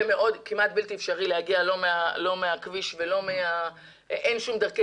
כמעט בלתי אפשרי להגיע ואין לשם כל דרכי